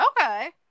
Okay